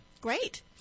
great